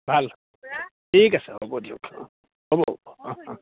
ভাল ঠিক আছে হ'ব দিয়ক অঁ হ'ব হ'ব অঁ অঁ